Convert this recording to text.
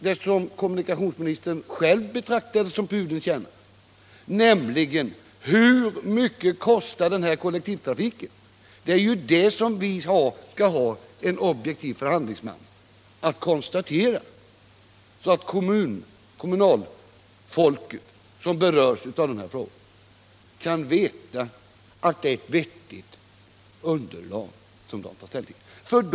Det som kommunikationsministern själv betraktar som pudelns kärna, nämligen hur mycket kollektivtrafiken kostar, är det — som en objektiv förhandlingsman skall konstatera — att de kommunalpolitiker som berörs av den här frågan kan veta att det är ett vettigt underlag som de skall ta ställning till.